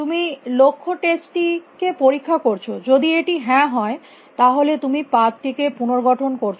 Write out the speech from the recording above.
তুমি লক্ষ্য টেস্ট টি করছ যদি এটি হ্যাঁ হয় তাহলে তুমি পাথ টিকে পুনর্গঠন করছ